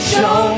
Show